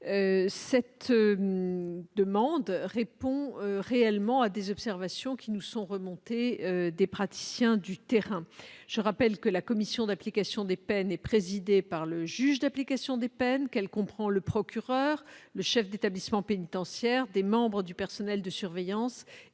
telle mesure répond à des observations formulées par les praticiens du terrain. Je le rappelle, la commission de l'application des peines est présidée par le juge de l'application des peines. Elle comprend le procureur, le chef d'établissement pénitentiaire, des membres du personnel de surveillance